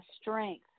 strength